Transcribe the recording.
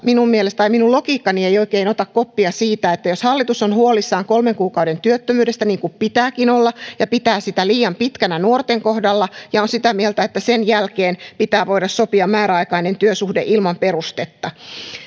minun logiikkani ei oikein ota koppia siitä että jos hallitus on huolissaan kolmen kuukauden työttömyydestä niin kuin pitääkin olla ja pitää sitä liian pitkänä nuorten kohdalla ja on sitä mieltä että sen jälkeen pitää voida sopia määräaikainen työsuhde ilman perustetta